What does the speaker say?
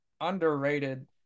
underrated